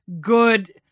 good